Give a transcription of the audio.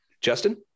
Justin